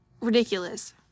ridiculous